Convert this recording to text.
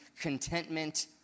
contentment